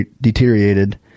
deteriorated